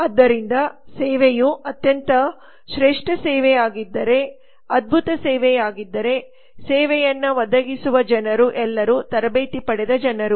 ಆದ್ದರಿಂದ ಸೇವೆಯು ಅತ್ಯಂತ ಶ್ರೇಷ್ಠ ಸೇವೆಯಾಗಿದ್ದರೆ ಅದ್ಭುತ ಸೇವೆಯಾಗಿದ್ದರೆ ಸೇವೆಯನ್ನು ಒದಗಿಸುವ ಜನರು ಎಲ್ಲರೂ ತರಬೇತಿ ಪಡೆದ ಜನರು